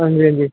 हां जी हां जी